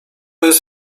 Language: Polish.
jest